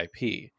IP